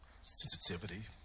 sensitivity